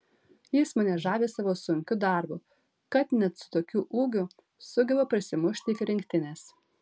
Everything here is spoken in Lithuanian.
jis mane žavi savo sunkiu darbu kad net su tokiu ūgiu sugeba prasimušti iki rinktinės